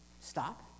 stop